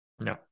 No